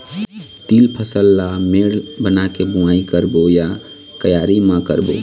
तील फसल ला मेड़ बना के बुआई करबो या क्यारी म करबो?